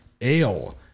ale